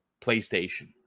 PlayStation